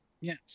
Yes